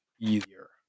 Easier